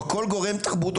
או כל גורם תרבות,